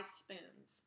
spoons